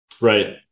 Right